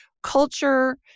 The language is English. culture